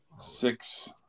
Six